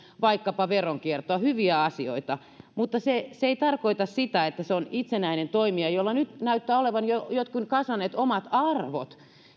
vaikkapa torjua veronkiertoa hyviä asioita mutta se se ei tarkoita sitä että se on itsenäinen toimija jolla nyt näyttää olevan jotkut kasvaneet omat arvot